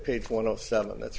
paid for one of seven that's